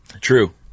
True